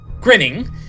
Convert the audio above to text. Grinning